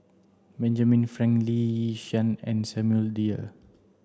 Benjamin Frank Lee Yi Shyan and Samuel Dyer